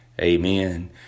Amen